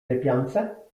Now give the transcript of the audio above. lepiance